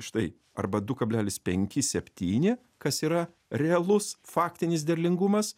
štai arba du kablelis penki septyni kas yra realus faktinis derlingumas